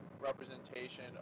representation